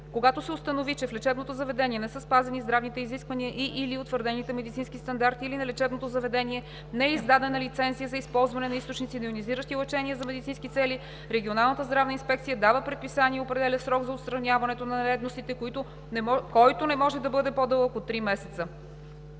Когато се установи, че в лечебното заведение не са спазени здравните изисквания и/или утвърдените медицински стандарти, или на лечебното заведение не е издадена лицензия за използване на източници на йонизиращи лъчения за медицински цели, регионалната здравна инспекция дава предписания и определя срок за отстраняването на нередовностите, който не може да бъде по-дълъг от три месеца.“